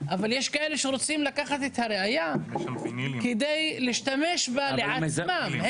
אבל יש כאלה שרוצים לקחת את הראיה כדי להשתמש בה לעצמם.